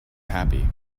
happy